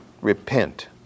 repent